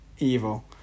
Evil